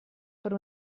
per